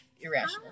irrational